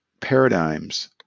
paradigms